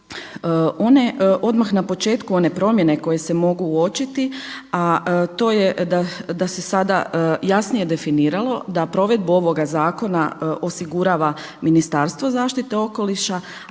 One odmah na početku one promjene koje se mogu uočiti, a to je da se sada jasnije definiralo da provedbu ovoga zakona osigurava Ministarstvo zaštite okoliša,